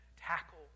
tackle